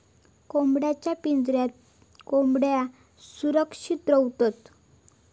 कोंबड्यांच्या पिंजऱ्यात कोंबड्यो सुरक्षित रव्हतत